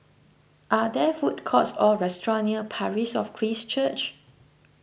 are there food courts or restaurants near Parish of Christ Church